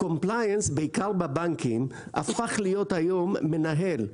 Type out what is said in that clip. ה-Compliance, בעיקר בבנקים, הפך היום להיות מנהל.